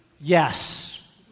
Yes